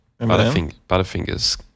Butterfingers